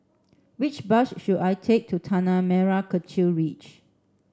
which bus should I take to Tanah Merah Kechil Ridge